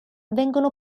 vengono